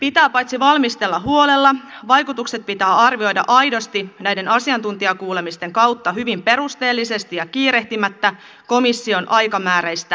lakiesitys pitää valmistella huolella ja vaikutukset pitää arvioida aidosti näiden asiantuntijakuulemisten kautta hyvin perusteellisesti ja kiirehtimättä komission aikamääreistä huolimatta